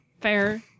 Fair